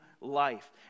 life